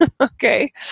Okay